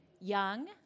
Young